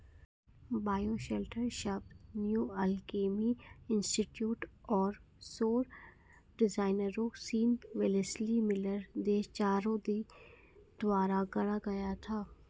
bioshelter शब्द New Alchemy Institute और सौर डिजाइनरों Sean Wellesley Miller, Day Chahroudi द्वारा गढ़ा गया था